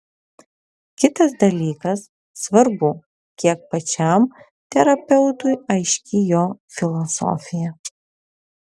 kitas dalykas svarbu kiek pačiam terapeutui aiški jo filosofija